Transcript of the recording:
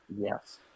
Yes